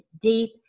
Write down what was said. deep